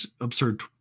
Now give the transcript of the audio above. absurd